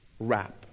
wrap